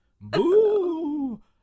Boo